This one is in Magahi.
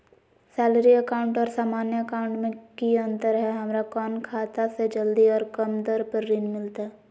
सैलरी अकाउंट और सामान्य अकाउंट मे की अंतर है हमरा कौन खाता से जल्दी और कम दर पर ऋण मिलतय?